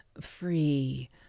free